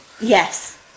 Yes